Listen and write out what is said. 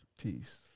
peace